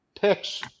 picks